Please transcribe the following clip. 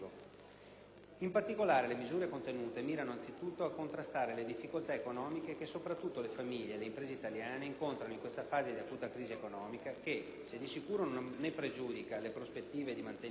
In particolare, le misure contenute mirano, anzitutto, a contrastare le difficoltà economiche che, soprattutto, le famiglie e le imprese italiane incontrano in questa fase di acuta crisi economica, che, se di sicuro non ne pregiudica le prospettive di mantenimento,